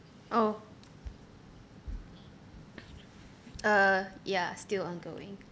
oh err ya still ongoing